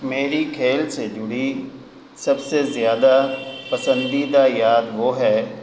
میری کھیل سے جڑی سب سے زیادہ پسندیدہ یاد وہ ہے